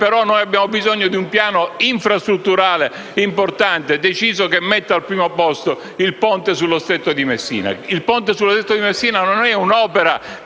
però abbiamo bisogno di un piano infrastrutturale importante e deciso, che metta al primo posto la realizzazione del ponte sullo Stretto di Messina. Il ponte sullo Stretto di Messina non è un'opera